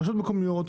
רשויות מקומיות,